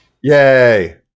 Yay